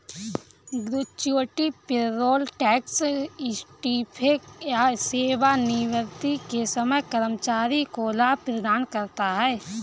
gratuity payroll tax इस्तीफे या सेवानिवृत्ति के समय कर्मचारी को लाभ प्रदान करता है